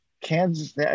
Kansas